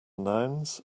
nouns